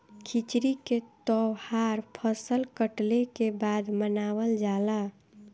खिचड़ी के तौहार फसल कटले के बाद मनावल जाला